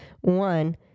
One